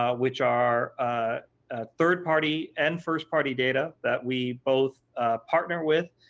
ah which are ah third party and first party data that we both partner with,